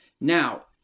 Now